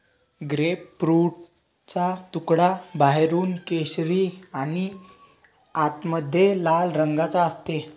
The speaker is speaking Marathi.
ग्रेपफ्रूटचा तुकडा बाहेरून केशरी आणि आतमध्ये लाल रंगाचा असते